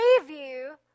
preview